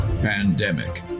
pandemic